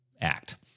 act